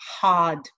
hard